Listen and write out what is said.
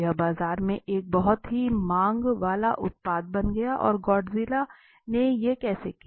यह बाजार में एक बहुत ही मांग वाला उत्पाद बन गया और गॉडज़िला ने यह कैसे किया